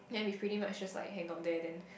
then we pretty much just like hang out there then